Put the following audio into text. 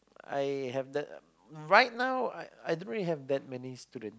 I have the right now I I don't really have that many students